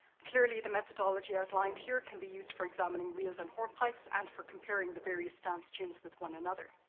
clearly, the methodology outlined here can be used for examining wheels and horn pipes and for comparing the various dance tunes with one another.